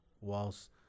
whilst